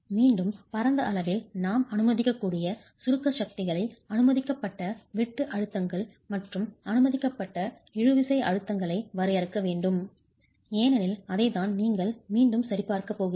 மீண்டும் பரந்த அளவில் நாம் அனுமதிக்கக்கூடிய சுருக்க சக்திகளை அனுமதிக்கப்பட்ட வெட்டு அழுத்தங்கள் மற்றும் அனுமதிக்கப்பட்ட இழுவிசை அழுத்தங்களை வரையறுக்க வேண்டும் ஏனெனில் அதைத்தான் நீங்கள் மீண்டும் சரிபார்க்கப் போகிறீர்கள்